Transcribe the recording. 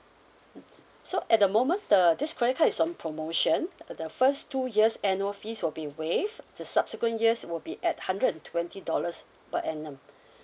mm so at the moment the this credit card is on promotion the the first two years annual fees will be waived the subsequent years will be at hundred and twenty dollars per annum